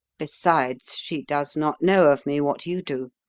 besides, she does not know of me what you do.